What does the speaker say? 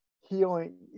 healing